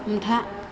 हमथा